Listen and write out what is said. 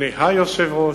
אדוני היושב-ראש,